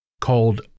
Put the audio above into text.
called